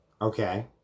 Okay